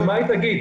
שמה היא תגיד?